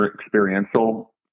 experiential